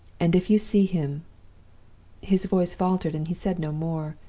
and if you see him his voice faltered, and he said no more.